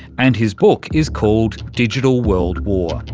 and his book is called digital world war.